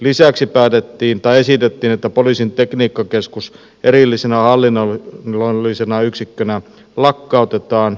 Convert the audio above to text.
lisäksi esitettiin että poliisin tekniikkakeskus erillisenä hallinnollisena yksikkönä lakkautetaan